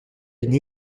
une